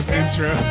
intro